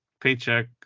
paycheck